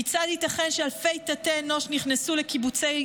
כיצד ייתכן שאלפי תתי-אנוש נכנסו לקיבוצים,